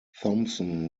thompson